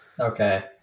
Okay